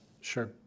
Sure